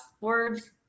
words